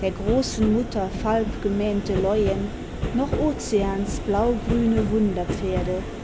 der großen mutter falbgemähnte leuen noch ocean's blaugrüne